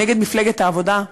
נגד מפלגת העבודה,